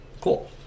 Cool